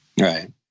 Right